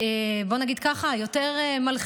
המלחיצים יותר.